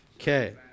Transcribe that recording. Okay